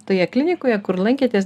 toje klinikoje kur lankėtės